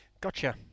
Gotcha